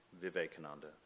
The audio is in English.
Vivekananda